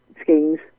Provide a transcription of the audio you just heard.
schemes